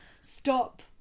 stop